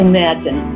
Imagine